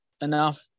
enough